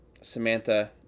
Samantha